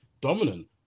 dominant